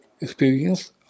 experience